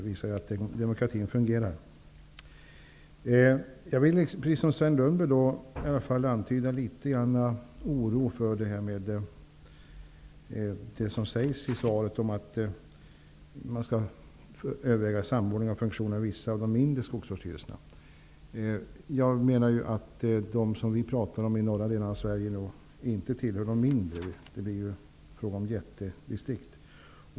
Det visar att demokratin fungerar. Jag vill, liksom Sven Lundberg, antyda en viss oro för det som sägs i svaret om att man skall överväga en samordning av funktionerna vid vissa av de mindre skogsvårdsstyrelserna. Jag menar att de skogsvårdsstyrelser i norra delarna av Sverige som vi talar om inte tillhör de mindre. Det blir fråga om jättedistrikt.